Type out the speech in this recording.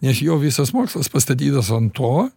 nes jo visas mokslas pastatytas ant to